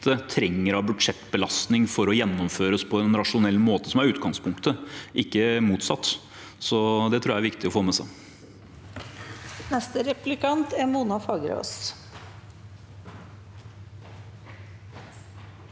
trenger av budsjettbelastning for å gjennomføres på en rasjonell måte, som er utgangspunktet, ikke motsatt. Det tror jeg er viktig å få med seg.